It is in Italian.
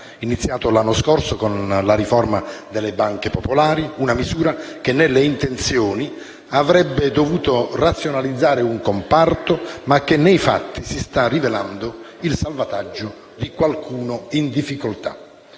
iniziato l'anno scorso con la riforma delle banche popolari, una misura che nelle intenzioni avrebbe dovuto razionalizzare un comparto, ma che nei fatti si sta rivelando il salvataggio di qualcuno in difficoltà.